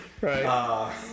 Right